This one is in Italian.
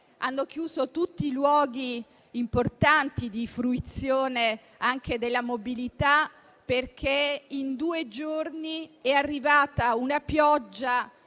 hanno chiuso tutti i luoghi importanti di fruizione, anche della mobilità, perché in due giorni è arrivata una pioggia